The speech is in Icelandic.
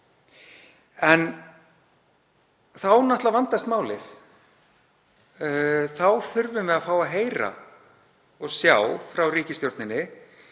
En þá vandast málið náttúrlega. Þá þurfum við að fá að heyra og sjá frá ríkisstjórninni